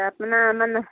कितना माने